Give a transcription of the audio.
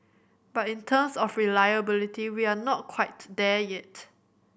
but in terms of reliability we are not quite there yet